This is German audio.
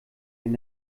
wenn